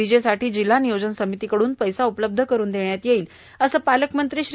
वीजेसाठी जिल्हा नियोजन समितीकडून पैसा उपलब्ध करून देण्यात येईल असे पालकमंत्री श्री